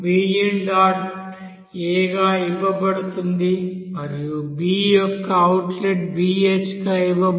a గా ఇవ్వబడుతుంది మరియు b యొక్క అవుట్లెట్ bh గా ఇవ్వబడుతుంది